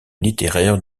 littéraire